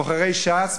בוחרי ש"ס,